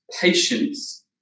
patience